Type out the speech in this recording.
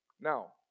Now